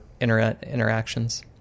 interactions